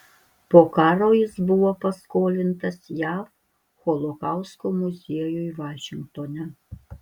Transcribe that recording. po karo jis buvo paskolintas jav holokausto muziejui vašingtone